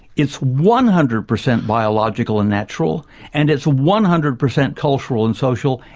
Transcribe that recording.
it's one hundred percent biological and natural and it's one hundred percent cultural and social,